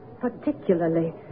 particularly